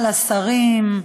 בשרים.